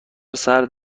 سرد